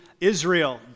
Israel